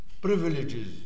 privileges